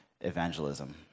evangelism